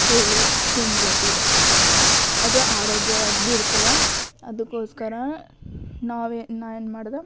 ತಿನ್ನುತ್ತಿದ್ದೆ ಅದು ಆರೋಗ್ಯವಾಗಿ ಭೀ ಇರ್ತದೆ ಅದಕ್ಕೋಸ್ಕರ ನಾವೆ ನಾ ಏನು ಮಾಡ್ದೆ